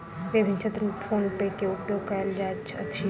विभिन्न क्षेत्र में फ़ोन पे के उपयोग कयल जाइत अछि